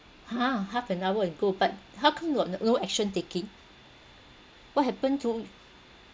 !huh! half an hour ago but how come got no action taking what happened to